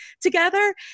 together